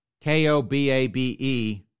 K-O-B-A-B-E